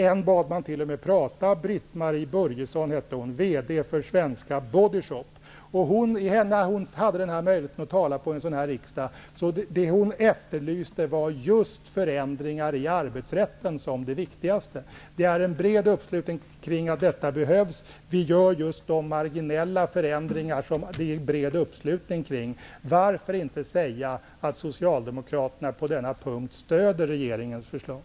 En bad man t.o.m. prata, Hon hade alltså möjlighet att tala på en sådan här småföretagarriksdag, och bland det hon efterlyste var just förändringar i arbetsrätten det viktigaste. Det är bred uppslutning kring att detta behövs. Vi gör just de marginella förändringar som det är bred uppslutning kring. Varför inte säga att Socialdemokraterna på denna punkt stöder regeringens förslag?